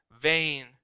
vain